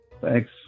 Thanks